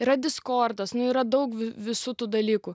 yra diskordas nu yra daug visų tų dalykų